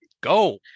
go